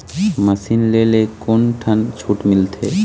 Machine ले ले कोन ठन छूट मिलथे?